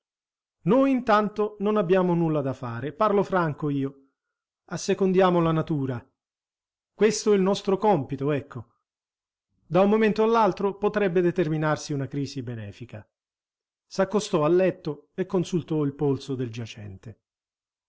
noi intanto non abbiamo nulla da fare parlo franco io assecondiamo la natura questo il nostro compito ecco da un momento all'altro potrebbe determinarsi una crisi benefica s'accostò al letto e consultò il polso del giacente